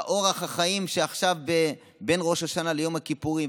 אורח החיים בין ראש השנה ליום הכיפורים,